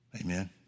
Amen